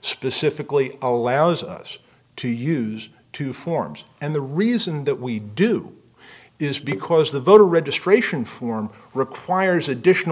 specifically allows us to use two forms and the reason that we do is because the voter registration form requires additional